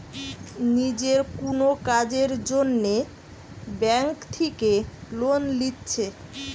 নিজের কুনো কাজের জন্যে ব্যাংক থিকে লোন লিচ্ছে